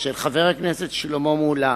של חבר הכנסת שלמה מולה